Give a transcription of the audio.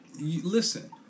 listen